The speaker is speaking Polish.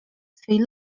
swojej